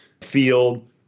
field